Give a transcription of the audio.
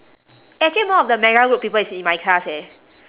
actually more of the people is in my class eh